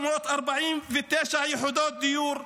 12,349 יחידות דיור,